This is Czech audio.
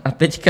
A teď...